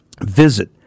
Visit